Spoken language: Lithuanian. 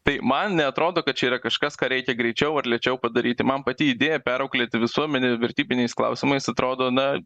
tai man neatrodo kad čia yra kažkas ką reikia greičiau ar lėčiau padaryti man pati idėja perauklėti visuomenę vertybiniais klausimais atrodo na